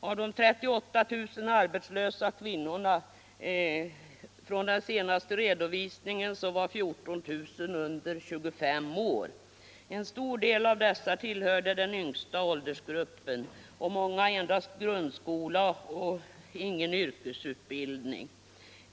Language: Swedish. Av de 38 000 arbetslösa kvinnorna från den senaste redovisningen var 14 000 under 25 år. En stor del av dessa tillhörde den yngsta åldersgruppen och många har endast grundskola och ingen yrkesutbildning.